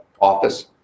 office